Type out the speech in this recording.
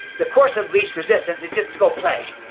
the course of least resistance is just to go play.